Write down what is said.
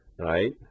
right